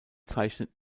zeichnet